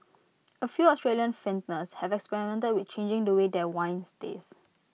A few Australian vintners have experimented with changing the way their wines taste